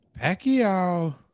Pacquiao